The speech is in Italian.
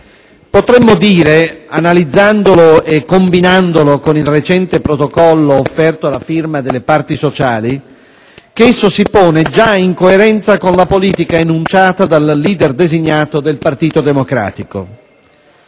Potremmo dire, analizzandolo e combinandolo con il recente protocollo offerto alla firma delle parti sociali, che esso si pone in coerenza con la politica enunciata dal *leader* designato del Partito Democratico.